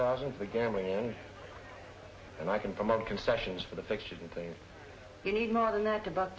thousand for gambling in and i can promote concessions for the fixtures and things you need more than that about